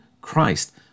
Christ